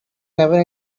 never